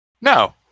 No